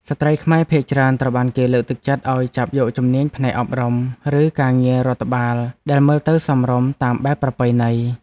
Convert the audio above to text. ស្ត្រីខ្មែរភាគច្រើនត្រូវបានគេលើកទឹកចិត្តឱ្យចាប់យកជំនាញផ្នែកអប់រំ ឬការងាររដ្ឋបាលដែលមើលទៅសមរម្យតាមបែបប្រពៃណី។